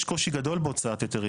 יש קושי גדול בהוצאת היתרים